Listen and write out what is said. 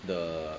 the